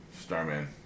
Starman